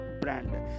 brand